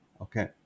Okay